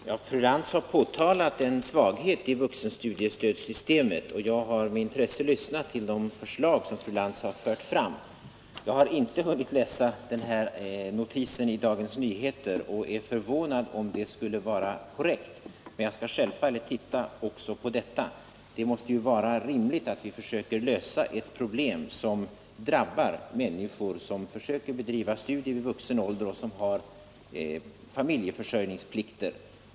Herr talman! Fru Lantz har pekat på en svaghet i vuxenstudiestödsystemet, och jag har med intresse lyssnat till de förslag fru Lantz har fört fram. Jag har inte hunnit läsa notisen i Dagens Nyheter och jag skulle vara förvånad om uttalandet är korrekt, men jag skall självfallet titta också på det. Det måste vara rimligt att vi försöker lösa ett problem som drabbar människor som försöker bedriva studier i vuxen ålder och som har familjeförsörjningsplikter.